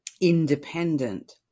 independent